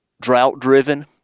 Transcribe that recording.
drought-driven